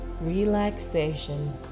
relaxation